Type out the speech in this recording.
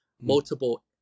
multiple